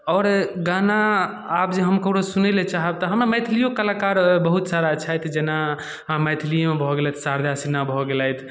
आओर गाना आब जे हम ककरो सुनैले चाहब तऽ हमरा मैथलियो कलाकार बहुत सारा छथि जेना मैथिलीमे भऽ गेलथि शारदा सिन्हा भऽ गेलथि